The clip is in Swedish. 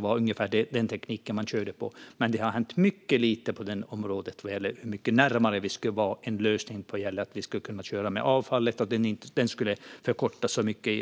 var ungefär den tekniken man körde på. Men det har hänt mycket litet på området när det gäller hur mycket närmare vi är en lösning för att kunna köra med avfallet, vilket skulle förkorta